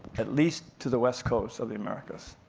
at least to the west coast of the americas.